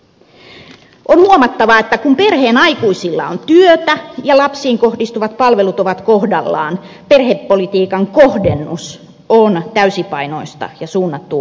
on huomattava että kun perheen aikuisilla on työtä ja lapsiin kohdistuvat palvelut ovat kohdallaan perhepolitiikan kohdennus on täysipainoista ja suunnattu oikein